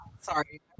Sorry